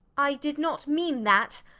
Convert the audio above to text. i did not mean that.